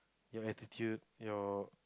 your attitude your